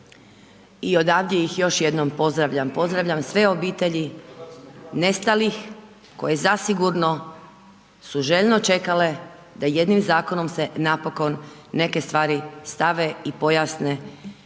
I odavde ih još jednom pozdravljam, pozdravljam sve obitelji nestalih koje zasigurno su željno čekale da jednim zakonom se napokon neke stvari stave i pojasne